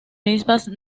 mismas